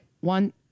one